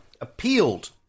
appealed